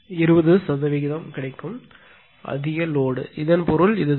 20 சதவீதம் அதிக சுமை இதன் பொருள் இதுதான்